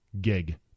gig